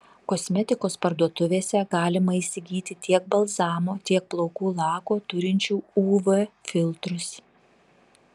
kosmetikos parduotuvėse galima įsigyti tiek balzamo tiek plaukų lako turinčių uv filtrus